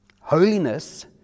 Holiness